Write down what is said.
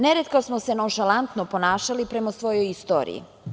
Neretko smo se nonšalantno ponašali prema svojoj istoriji.